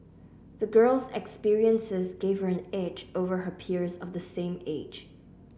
the girl's experiences gave her an edge over her peers of the same age